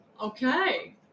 Okay